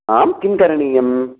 आं किं करणीयम्